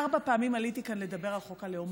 ארבע פעמים עליתי כאן לדבר על חוק הלאום.